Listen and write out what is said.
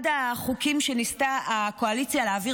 אחד החוקים שניסתה הקואליציה להעביר